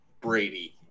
Brady